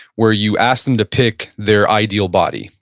where you asked them to pick their ideal body.